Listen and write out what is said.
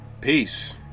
Peace